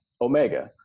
omega